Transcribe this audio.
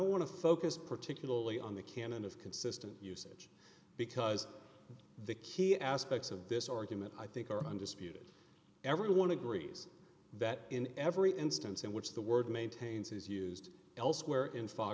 focus particularly on the canon of consistent usage because the key aspects of this argument i think are undisputed everyone agrees that in every instance in which the word maintains is used elsewhere in fog